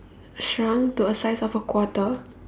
shrunk to a size of a quarter